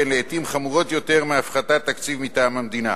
שלעתים חמורות יותר מהפחתת תקציב מטעם המדינה,